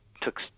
took